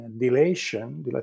dilation